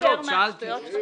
שאלות ושאלתי.